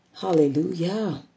Hallelujah